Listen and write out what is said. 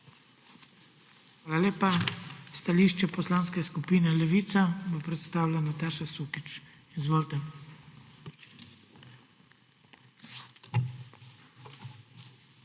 Hvala lepa. Stališče Poslanske skupine Levica bo predstavila Nataša Sukič. Izvolite. **NATAŠA